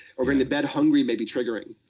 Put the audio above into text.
or going to bed hungry may be triggering.